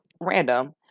Random